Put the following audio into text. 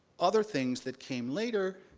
other things that came later,